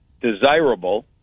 desirable